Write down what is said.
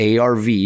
ARV